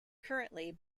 currently